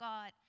God